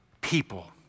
people